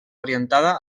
orientada